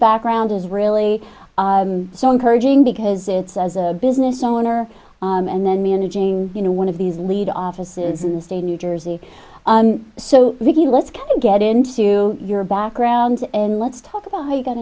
background is really so encouraging because it says a business owner and then managing you know one of these lead offices in the state new jersey so let's kind of get into your background and let's talk about how you got